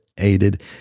aided